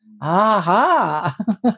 aha